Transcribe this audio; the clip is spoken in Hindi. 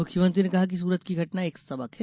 मुख्यमंत्री ने कहा कि सूरत की घटना एक सबक है